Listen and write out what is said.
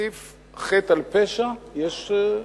"מוסיף חטא על פשע" יש?